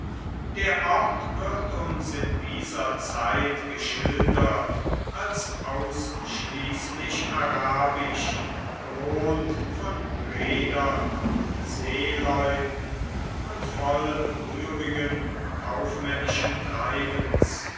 der ort wird uns in dieser zeit geschildert als ausschließlich arabisch bewohnt von reedern und seeleuten und voll rührigen kaufmännischen treibens